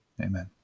Amen